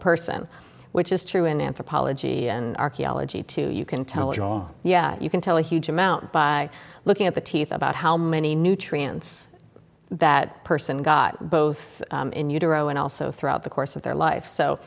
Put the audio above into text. person which is true in anthropology and archaeology too you can tell it all yeah you can tell a huge amount by looking at the teeth about how many nutrients that person got both in utero and also throughout the course of their life so